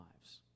lives